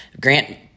Grant